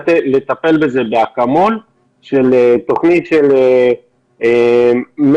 לטפל בזה באקמול ובאמצעות תוכנית של 100,